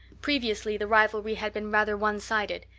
previously the rivalry had been rather one-sided,